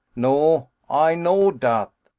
no. ay know dat.